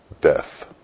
Death